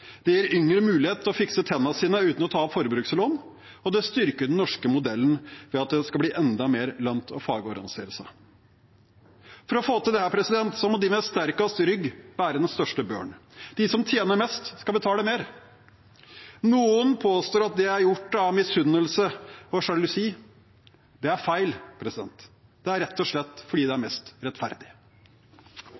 Det gir yngre mulighet til å fikse tennene sine uten å ta opp forbrukslån. Og det styrker den norske modellen ved at det skal bli enda mer lønt å fagorganisere seg. For å få til dette må de med sterkest rygg bære den største børen. De som tjener mest, skal betale mer. Noen påstår at det er gjort av misunnelse og sjalusi. Det er feil. Det er rett og slett fordi det er